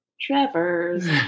Trevor's